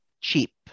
Cheap